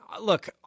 look—